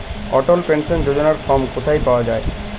অটল pension যোজনার form কোথায় পাওয়া যাবে?